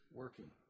working